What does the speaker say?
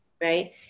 right